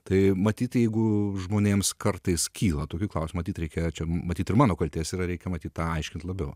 tai matyt jeigu žmonėms kartais kyla tokie klausimai matyt reikia čia matyt ir mano kaltės yra reikia matyt tą aiškint labiau